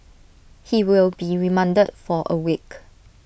he will be remanded for A week